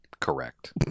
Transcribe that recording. Correct